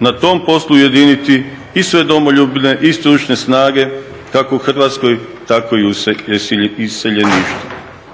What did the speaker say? na tom poslu ujediniti i sve domoljubne i stručne snage kako u Hrvatskoj, tako i u iseljeništvu.